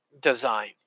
design